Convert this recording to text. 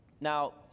Now